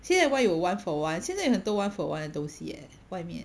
现在有 one for one 现在很多 one for one 的东西 leh 外面